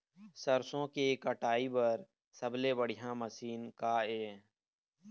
सरसों के कटाई बर सबले बढ़िया मशीन का ये?